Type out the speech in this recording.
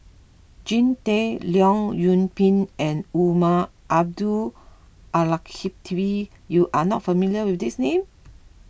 Jean Tay Leong Yoon Pin and Umar Abdullah Al Khatib you are not familiar with these names